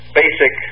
basic